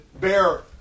bear